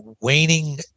waning